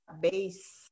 base